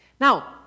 Now